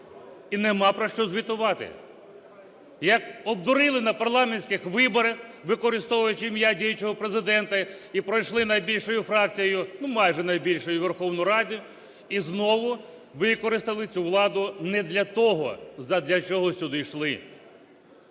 і нема про що звітувати. Як обдурили на парламентських виборах, використовуючи ім'я діючого Президента, і пройшли найбільшою фракцією, ну, майже найбільшою, у Верховну Раду, і знову використали цю владу не для того, задля чого сюди йшли.